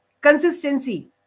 consistency